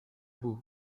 boue